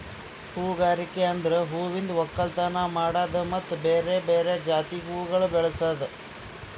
ಹೂಗಾರಿಕೆ ಅಂದುರ್ ಹೂವಿಂದ್ ಒಕ್ಕಲತನ ಮಾಡದ್ದು ಮತ್ತ ಬೇರೆ ಬೇರೆ ಜಾತಿ ಹೂವುಗೊಳ್ ಬೆಳಸದ್